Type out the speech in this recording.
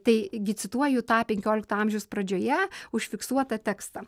taigi cituoju tą penkiolikto amžiaus pradžioje užfiksuotą tekstą